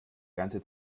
ganze